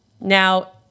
Now